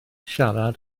siarad